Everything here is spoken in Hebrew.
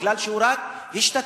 מפני שהוא רק השתתף.